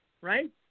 Right